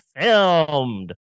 filmed